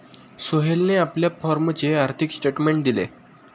सोहेलने आपल्या फॉर्मचे आर्थिक स्टेटमेंट दिले